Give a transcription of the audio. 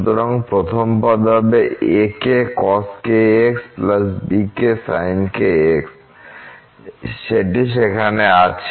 সুতরাং প্রথম পদ হবে ak cos bk sin সেটি সেখানে আছে